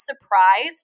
surprised